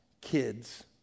kids